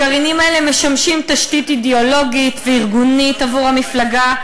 הגרעינים האלה משמשים תשתית אידיאולוגית וארגונית עבור המפלגה,